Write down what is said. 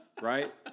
right